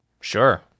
sure